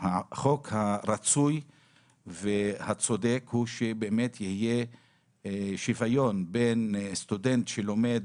שהחוק הרצוי והצודק הוא שיהיה שוויון בין סטודנט שלומד